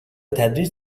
تدریج